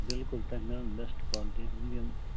بِلکُل تۄہہِ مِلَن بیٚسٹ کالٹی ہٕنٛدۍ یِم